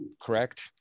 correct